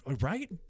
right